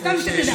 סתם שתדע.